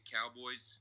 Cowboys